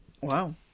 Wow